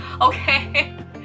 Okay